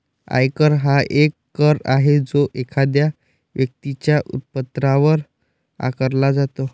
आयकर हा एक कर आहे जो एखाद्या व्यक्तीच्या उत्पन्नावर आकारला जातो